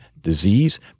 disease